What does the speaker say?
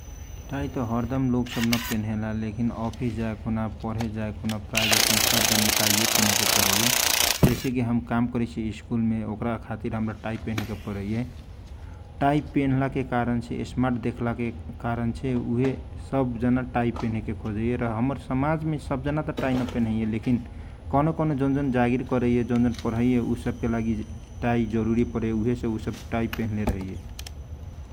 टाईत हरदम लोग सब न पेनेला लेखिन अफिस जाए खुना, परे जाएखुना प्राय जैसन सबजाना के टाई पेने के पराइए जैसे की हम काम करईसी स्कुल मे ओखरा खातिर हमरा टाई पेने के पराइए टाई पेनल। के कारण से स्मार्ट देखला के कारण से उहें से सबजाना टाई पेने के खोजाइए आ हमर सामाज में सबजाना त टाई न पेन इ लेखिन कौनो कौनो जौन जौन जागीर करईए जौन जौन परहिए उहे से उ सब टाई पेनले रहईए ।